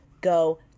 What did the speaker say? go